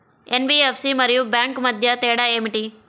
NBFC మరియు bank మధ్య తేడా ఏమిటి?